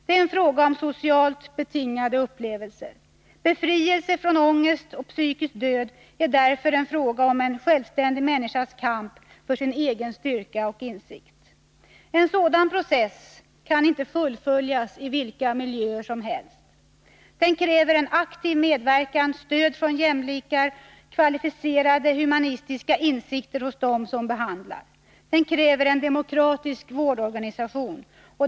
Det är fråga om socialt betingad upplevelse. Befrielsen från ångest och psykisk död är därför en fråga om en självständig människas kamp för sin egen styrka och insikt. En sådan process kan inte fullföljas i vilka miljöer som helst. Den kräver aktiv medverkan, stödd från jämlikar, kvalificerade humanistiska insikter hos dem som behandlar. Den kräver en demokratisk vårdorganisation.